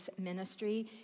ministry